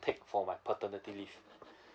take for my paternity leave